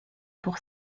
pour